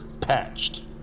patched